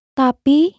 tapi